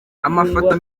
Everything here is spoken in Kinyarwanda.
amafoto